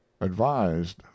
advised